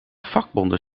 vakbonden